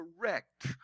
correct